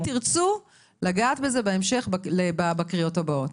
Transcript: אם תרצו לגעת בזה בהמשך, אז בקריאות הבאות.